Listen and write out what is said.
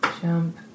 jump